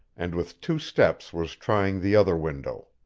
and with two steps was trying the other window.